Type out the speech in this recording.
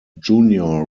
junior